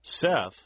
Seth